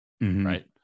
Right